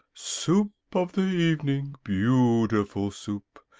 soup of the evening, beautiful soup!